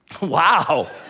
Wow